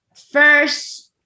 first